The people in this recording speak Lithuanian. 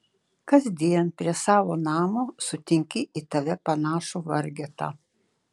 kasdien prie savo namo sutinki į tave panašų vargetą